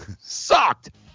Sucked